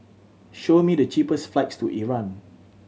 show me the cheapest flights to Iran